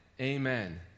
amen